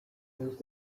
moved